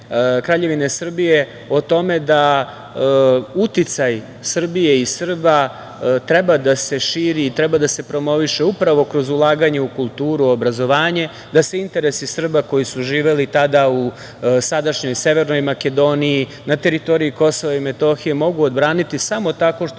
Kraljevine Srbije o tome da uticaj Srbije i Srba treba da se širi i treba da se promoviše upravo kroz ulaganje u kulturu, obrazovanje, da se interesi Srba koji su živeli tada u sadašnjoj Severnoj Makedoniji, na teritoriji Kosova i Metohije mogu odbraniti samo tako što će